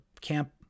camp